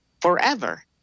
forever